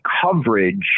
coverage